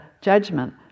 judgment